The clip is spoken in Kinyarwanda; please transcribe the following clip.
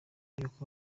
yuko